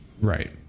Right